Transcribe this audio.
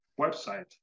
website